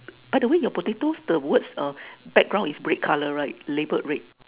by the way your potatoes the words uh background is red colour right label red